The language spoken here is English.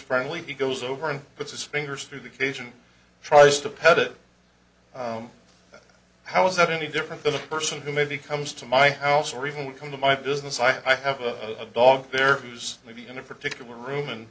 friendly he goes over and puts his fingers through the cage and tries to pet it how is that any different than the person who maybe comes to my house or even come to my business i have a dog there who's maybe in a particular room and